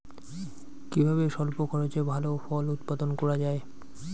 কিভাবে স্বল্প খরচে ভালো ফল উৎপাদন করা যায়?